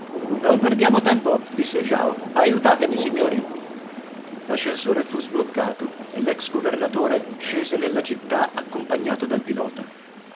non perdiamo tempo disse jao aiutatemi signori l'ascensore fu sbloccato e l'ex governatore scese nella città accompagnato dal pilota